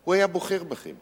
הוא היה בוחר בכם.